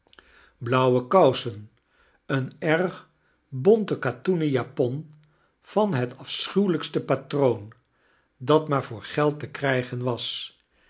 blauwe kousen eene erg bonte katoenen japan van het afschuwelijkste patroon dat maar voor geld te krijgen was